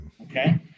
Okay